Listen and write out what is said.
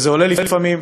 וזה עולה לפעמים,